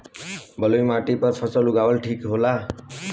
बलुई माटी पर फसल उगावल ठीक होला?